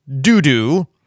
doo-doo